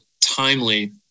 timely